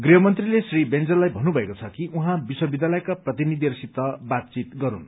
गृहमन्त्रीले श्री बैजललाई भन्नुभएको छ कि उहाँ विश्वविद्यालयका प्रतिनिधिहरूसित बात गरून्